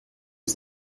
was